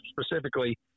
specifically